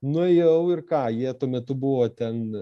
nuėjau ir ką jie tuo metu buvo ten